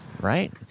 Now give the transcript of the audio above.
Right